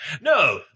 No